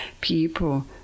people